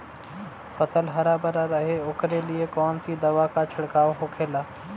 फसल हरा भरा रहे वोकरे लिए कौन सी दवा का छिड़काव होखेला?